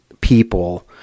people